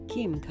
Kim